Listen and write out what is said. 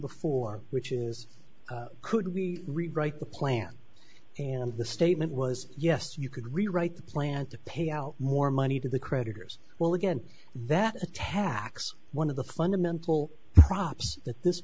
before which is could we rewrite the plan and the statement was yes you could rewrite the plan to pay out more money to the creditors well again that tax one of the fundamental props th